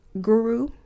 Guru